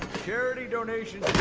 charity donations